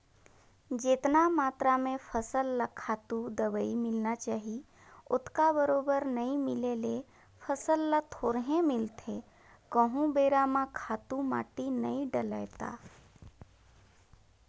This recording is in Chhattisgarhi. जेतना मातरा में फसल ल खातू, दवई मिलना चाही ओतका बरोबर नइ मिले ले फसल ल थोरहें मिलथे कहूं बेरा म खातू माटी नइ डलय ता